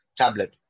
tablet